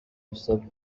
dusabe